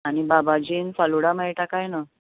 आनी बाबाजीन फालूडा मेळटा काय ना